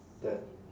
that